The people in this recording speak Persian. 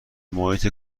محیط